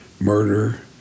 murder